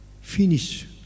finish